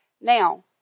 Now